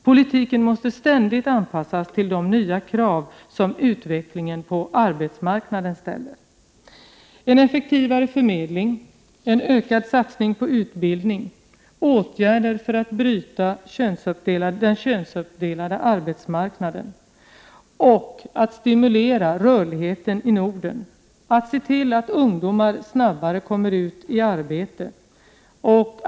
Politiken måste ständigt anpassas till de nya krav som utvecklingen på arbetsmarknaden ställer. Det krävs en effektivare förmedling, en ökad satsning på utbildning samt åtgärder för att bryta den könsuppdelade arbetsmarknaden. Vi måste stimulera rörligheten i Norden och se till att ungdomar snabbare kommer ut i arbete.